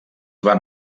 van